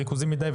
ריכוזי מדיי,